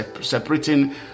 separating